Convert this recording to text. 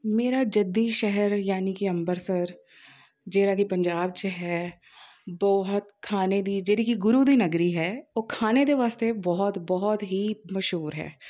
ਮੇਰਾ ਜੱਦੀ ਸ਼ਹਿਰ ਯਾਨੀ ਕਿ ਅੰਮ੍ਰਿਤਸਰ ਜਿਹੜਾ ਕਿ ਪੰਜਾਬ 'ਚ ਹੈ ਬਹੁਤ ਖਾਣੇ ਦੀ ਜਿਹੜੀ ਕਿ ਗੁਰੂ ਦੀ ਨਗਰੀ ਹੈ ਉਹ ਖਾਣੇ ਦੇ ਵਾਸਤੇ ਬਹੁਤ ਬਹੁਤ ਹੀ ਮਸ਼ਹੂਰ ਹੈ